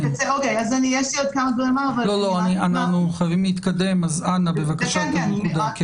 אנחנו חייבים להתקדם, אז בבקשה, נקודה.